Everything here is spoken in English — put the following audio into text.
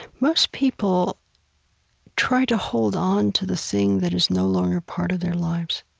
most people try to hold on to the thing that is no longer part of their lives,